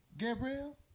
Gabriel